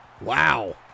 Wow